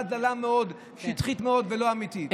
שלכם היא תשובה דלה מאוד, שטחית מאוד ולא אמיתית.